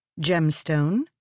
gemstone